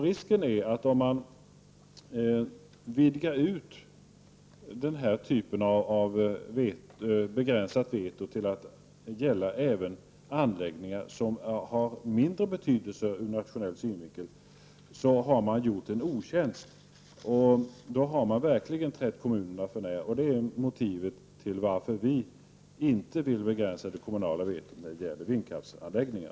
Risken är att om man utvidgar det begränsade vetot till att gälla även anläggningar som har mindre betydelse ur nationell synvinkel, har man gjort en otjänst. Då har man verkligen trätt kommunerna för när, och det är motivet till att vi inte vill begränsa det kommunala vetot när det gäller vindkraftsanläggningar.